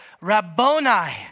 Rabboni